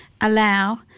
allow